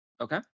Okay